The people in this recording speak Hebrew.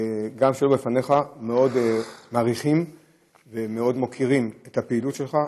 גם שלא בפניך מעריכים מאוד ומוקירים מאוד את הפעילות שלך.